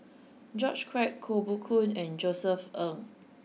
George Quek Koh Poh Koon and Josef Ng